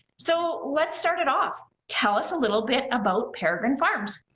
so let's start it off, tell us a little bit about peregrine farms.